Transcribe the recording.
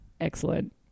excellent